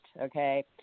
okay